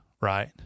Right